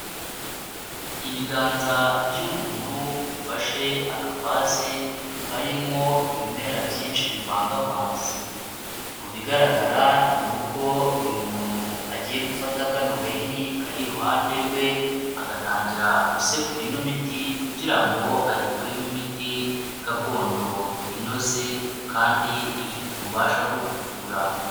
Ibiganza by'umuntu bifashe akavaze karimo ibimera byinshi bivangavanze, mu bigaragara ni uko uyu muntu agiye gufata akano gahini kari iruhande rwe agatangira gusekura ino miti, kugira ngo ayikoreremo imiti gakondo inoze kandi ifite ububasha bwo kuvura.